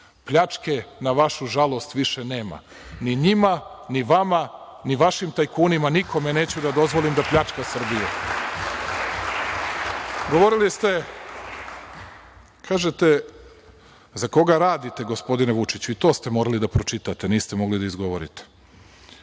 Pljačke, na vašu žalost više nema. Ni njima, ni vama, ni vašim tajkunima, nikome neću da dozvolim da pljačka Srbiju. Kažete – za koga radite, gospodine Vučiću? I to ste morali da pročitate, niste mogli da izgovorite,